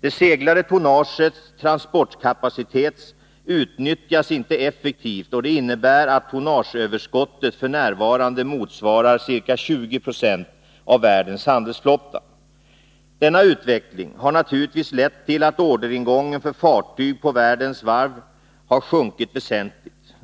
Det seglande tonnagets transportkapacitet utnyttjas inte effektivt. Det innebär att tonnageöverskottet f. n. motsvarar ca 20 90 av världens handelsflotta. Denna utveckling har naturligtvis lett till att orderingången för fartyg på världens varv har sjunkit väsentligt.